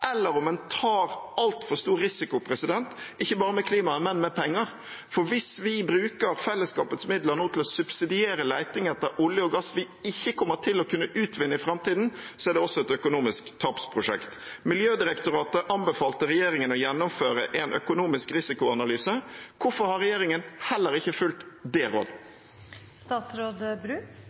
eller om en tar altfor stor risiko – ikke bare med klimaet, men med penger – for hvis vi nå bruker av fellesskapets midler til å subsidiere leting etter olje og gass som vi ikke kommer til å kunne utvinne i framtiden, er det også et økonomisk tapsprosjekt. Miljødirektoratet anbefalte regjeringen å gjennomføre en økonomisk risikoanalyse. Hvorfor har regjeringen heller ikke fulgt det